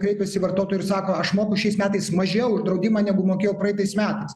kreipiasi vartotojai ir sako aš moku šiais metais mažiau už draudimą negu mokėjau praeitais metais